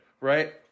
right